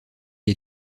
est